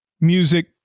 music